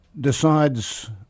decides